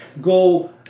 go